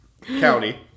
county